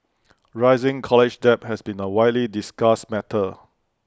rising college debt has been A widely discussed matter